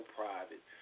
private